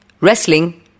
wrestling